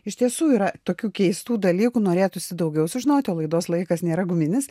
iš tiesų yra tokių keistų dalykų norėtųsi daugiau sužinoti o laidos laikas nėra guminis